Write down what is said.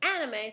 anime